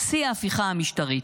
שיא ההפיכה המשטרית.